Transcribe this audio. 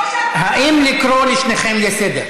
כמו שאתה, האם לקרוא את שניכם לסדר?